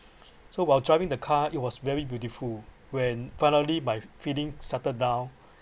so while driving the car it was very beautiful when finally my feeling settle down